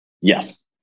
Yes